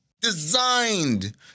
designed